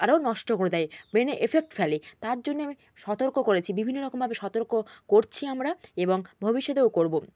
আরও নষ্ট করে দেয় ব্রেনে এফেক্ট ফেলে তার জন্য আমি সতর্ক করেছি বিভিন্ন রকমভাবে সতর্ক করছি আমরা এবং ভবিষ্যতেও করবো